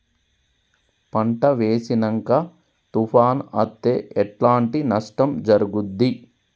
పంట వేసినంక తుఫాను అత్తే ఎట్లాంటి నష్టం జరుగుద్ది?